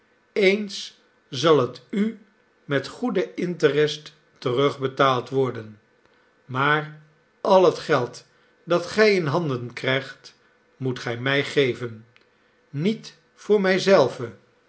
eens zal het u met goeden interest terugbetaald worden maar al het geld dat gij in handen krijgt moet gij mij geven niet voor